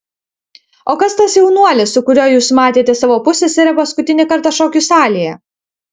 o kas tas jaunuolis su kuriuo jūs matėte savo pusseserę paskutinį kartą šokių salėje